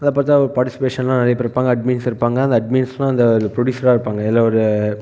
அதை பார்த்தா ஒரு பார்ட்டிசிபேஷன்லாம் நிறையா பேர் இருப்பாங்க அட்மின்ஸ் இருப்பாங்க அந்த அட்மின்ஸ்லாம் இந்த ப்ரோடியூசராக இருப்பாங்க இதில் ஒரு